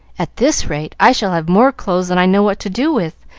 at this rate, i shall have more clothes than i know what to do with,